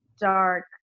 dark